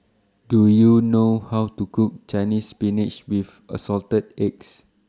Do YOU know How to Cook Chinese Spinach with Assorted Eggs